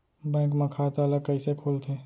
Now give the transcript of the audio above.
Bank म खाता ल कइसे खोलथे?